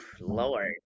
Lord